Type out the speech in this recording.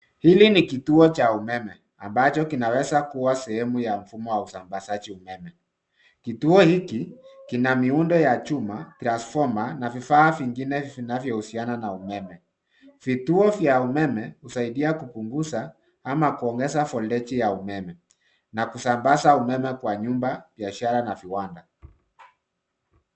Hili ni kituo cha umeme ambacho kinaweza kuwa sehemu ya mfumo wa usambazaji umeme. Kituo hiki kina miundo ya chuma, transfoma na vifaa vingine vinavyohusiana na umeme. Vituo vya umeme husaidia kupunguza ama kuongeza volteji ya umeme na kusambaza umeme kwa nyumba, biashara na viwanda.